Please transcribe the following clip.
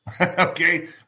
Okay